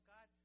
God